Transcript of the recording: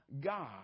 God